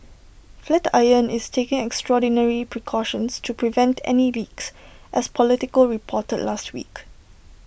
flatiron is taking extraordinary precautions to prevent any leaks as Politico reported last week